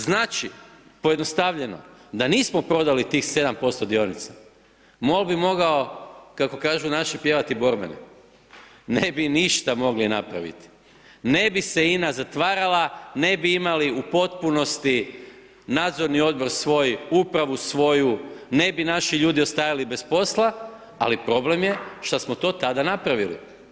Znači, pojednostavljeno da nismo prodali tih 7% dionica, MOL bi mogao, kako kažu naši, pjevati borbene, ne bi ništa mogli napraviti, ne bi se INA zatvarala, ne bi imali u potpunosti nadzorni odbor svoj, upravu svoju, ne bi naši ljudi ostajali bez posla, ali problem je što smo to tada napravili.